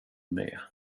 med